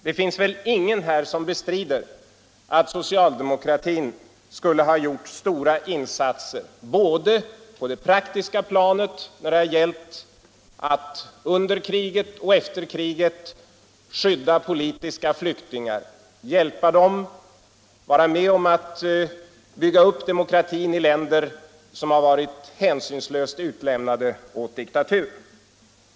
Det finns väl ingen här som bestrider att socialdemokratin har gjort stora insatser både på det praktiska planet och när det gällt att under och efter kriget skydda politiska flyktingar, hjälpa dem och vara med om att bygga upp demokratin i länder som har varit hänsynslöst utlämnade åt diktatur.